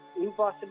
impossible